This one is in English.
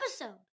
episode